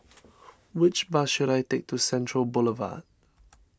which bus should I take to Central Boulevard